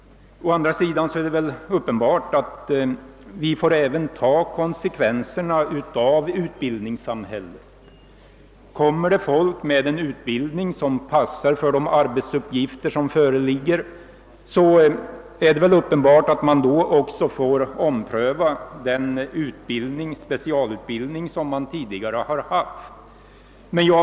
Å andra sidan är det uppenbart att vi får ta konsekvenserna av utbildningssamhället. Kommer det folk med utbildning som passar för de arbetsuppgifter som föreligger är det uppenbart att vi får ompröva den specialutbildning som nu finns.